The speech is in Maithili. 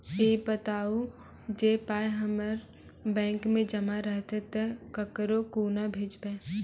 ई बताऊ जे पाय हमर बैंक मे जमा रहतै तऽ ककरो कूना भेजबै?